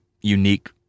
unique